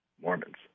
Mormons